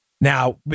Now